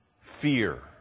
fear